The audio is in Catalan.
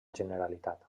generalitat